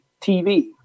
TV